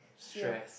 still young